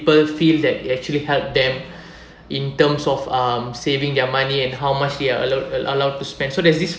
people feel that it actually help them in terms of um saving their money and how much they are allow~ allowed to spend so there's this